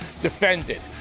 defended